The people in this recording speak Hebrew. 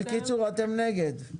בקיצור, אתם נגד.